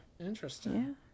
interesting